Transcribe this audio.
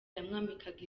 yambikwaga